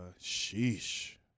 sheesh